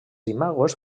imagos